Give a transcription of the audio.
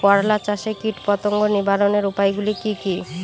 করলা চাষে কীটপতঙ্গ নিবারণের উপায়গুলি কি কী?